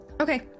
Okay